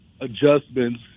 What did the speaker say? adjustments